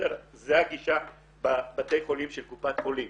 זו הגישה בבתי חולים של קופת חולים.